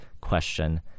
question